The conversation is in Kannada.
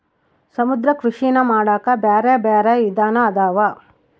ಸಮುದ್ರ ಕೃಷಿನಾ ಮಾಡಾಕ ಬ್ಯಾರೆ ಬ್ಯಾರೆ ವಿಧಾನ ಅದಾವ